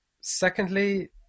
secondly